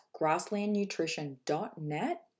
grasslandnutrition.net